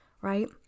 right